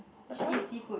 you should eat seafood